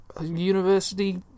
university